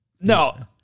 No